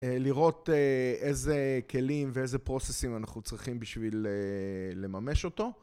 לראות איזה כלים ואיזה פרוססים אנחנו צריכים בשביל לממש אותו.